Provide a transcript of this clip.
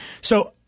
So-